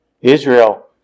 Israel